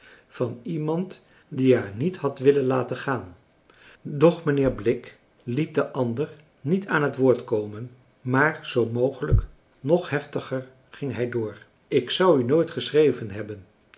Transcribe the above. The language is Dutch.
van iemand die haar niet had willen laten gaan doch mijnheer blik liet de ander niet aan het woord komen maar zoo mogelijk nog heftiger ging hij door ik zou u nooit geschreven hebben